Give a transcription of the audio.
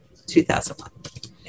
2001